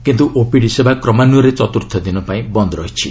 କିନ୍ତୁ ଓପିଡି ସେବା କ୍ରମାନ୍ୱୟରେ ଚତୁର୍ଥ ଦିନ ପାଇଁ ବନ୍ଦ ରହିଛି